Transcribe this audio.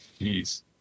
jeez